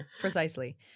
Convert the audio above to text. precisely